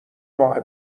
ماه